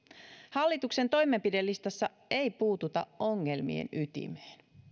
hallituksen toimenpidelistassa ei puututa ongelmien ytimeen